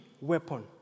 weapon